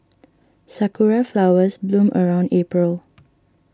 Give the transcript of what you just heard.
sakura flowers bloom around April